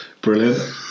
Brilliant